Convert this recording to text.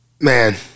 Man